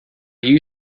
you